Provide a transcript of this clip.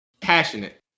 Passionate